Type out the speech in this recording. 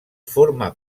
forma